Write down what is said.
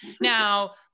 Now